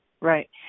right